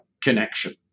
connection